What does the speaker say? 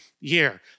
year